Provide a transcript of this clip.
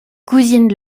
cousine